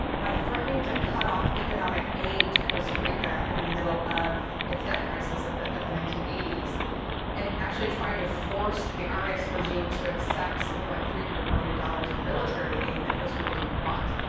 by threatening to cut off economic aid to costa rica in the middle of its debt crisis of the of the nineteen eighty s and actually tried to force the arias regime to accept something like three hundred million dollars in military aid that costa rica didn't want.